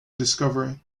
discovery